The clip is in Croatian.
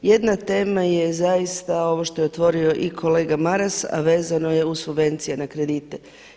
Jedna tema je zaista ovo što je otvorio i kolega Maras, a vezano je uz subvencije na kredite.